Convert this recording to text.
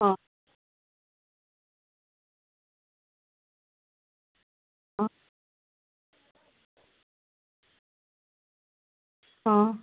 अं हं